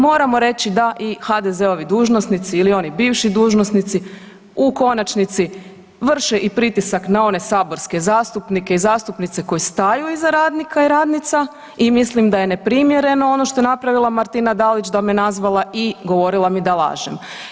Moramo reći da i HDZ-ovi dužnosnici ili oni bivši dužnosnici u konačnici vrše i pritisak na one saborske zastupnike i zastupnice koje staju iza radnika i radnica i mislim da je neprimjereno ono što je napravila Martina Dalić, da me nazvala i govorila mi da lažem.